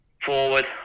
forward